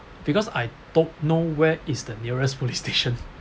because I don't know where is the nearest police station